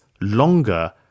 longer